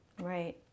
Right